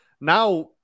now